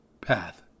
path